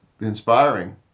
inspiring